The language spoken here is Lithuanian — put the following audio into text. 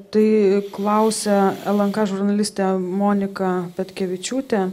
tai klausia lnk žurnalistė monika petkevičiūtė